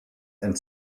and